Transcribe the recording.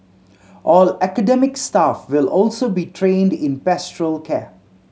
all academic staff will also be trained in pastoral care